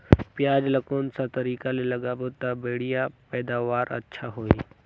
पियाज ला कोन सा तरीका ले लगाबो ता बढ़िया पैदावार अच्छा होही?